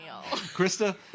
Krista